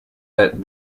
that